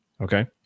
okay